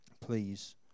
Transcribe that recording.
Please